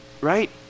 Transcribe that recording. right